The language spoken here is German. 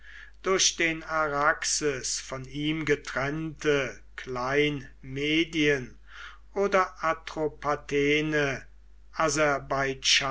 durch den araxes von ihm getrennte klein medien oder atropatene